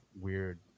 weird